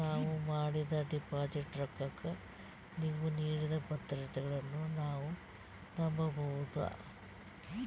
ನಾವು ಮಾಡಿದ ಡಿಪಾಜಿಟ್ ರೊಕ್ಕಕ್ಕ ನೀವು ನೀಡಿದ ಭದ್ರತೆಗಳನ್ನು ನಾವು ನಂಬಬಹುದಾ?